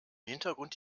hintergrund